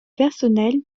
personnel